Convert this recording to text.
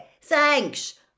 thanks